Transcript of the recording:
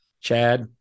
Chad